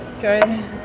Good